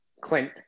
Clint